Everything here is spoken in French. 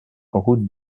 route